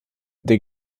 der